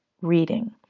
reading